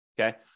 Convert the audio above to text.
Okay